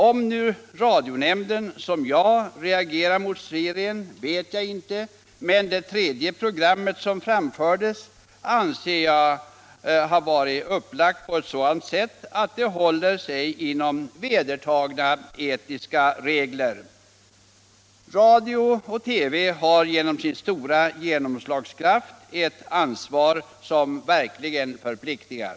Om nu radionämnden liksom jag reagerar mot serien vet jag inte, men det tredje program som sänds i serien anser jag har varit upplagt på ett sådant sätt att det följer vedertagna etiska regler. Radio och TV har genom sin stora genomslagskraft ett ansvar som verkligen förpliktigar.